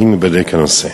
3. האם ייבדק הנושא?